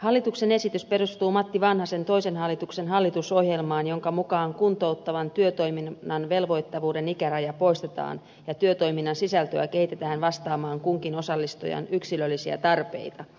hallituksen esitys perustuu matti vanhasen toisen hallituksen hallitusohjelmaan jonka mukaan kuntouttavan työtoiminnan velvoittavuuden ikäraja poistetaan ja työtoiminnan sisältöä kehitetään vastaamaan kunkin osallistujan yksilöllisiä tarpeita